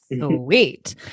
Sweet